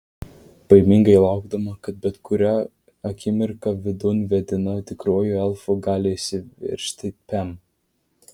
baimingai laukdama kad bet kurią akimirką vidun vedina tikruoju elfu gali įsiveržti pem